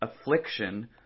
affliction